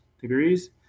degrees